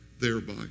thereby